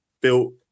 built